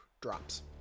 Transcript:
drops